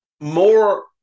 more